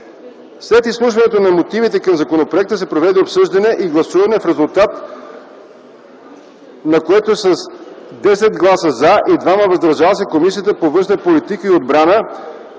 След изслушването на мотивите към законопроекта се проведе обсъждане и гласуване, в резултат на което с 10 гласа „за” и 2 гласа „въздържали се” Комисията по външна политика и отбрана